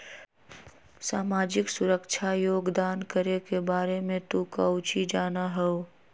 सामाजिक सुरक्षा योगदान करे के बारे में तू काउची जाना हुँ?